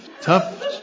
tough